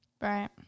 Right